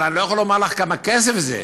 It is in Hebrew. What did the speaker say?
אבל אני לא יכול לומר לך כמה כסף זה.